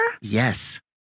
Yes